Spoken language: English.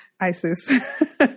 Isis